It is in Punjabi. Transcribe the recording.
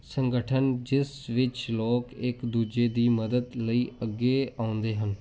ਸੰਗਠਨ ਜਿਸ ਵਿੱਚ ਲੋਕ ਇੱਕ ਦੂਜੇ ਦੀ ਮਦਦ ਲਈ ਅੱਗੇ ਆਉਂਦੇ ਹਨ